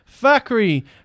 Fakri